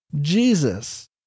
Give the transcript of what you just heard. Jesus